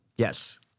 Yes